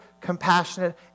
compassionate